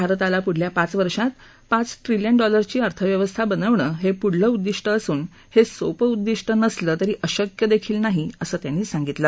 भारताला पुढच्या पाच वर्षात पाच ट्रिलियन डॅलर्सची अर्थव्यवस्था बनवणं हे पुढवं उद्दिष्ट असून हे सोपं उद्दिष्ट नसलं तरी अशक्य देखील नाही असं त्यांनी सांगितलं